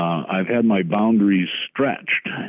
i've had my boundaries stretched,